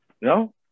No